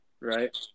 right